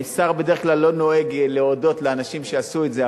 שר בדרך כלל לא נוהג להודות לאנשים שעשו את זה,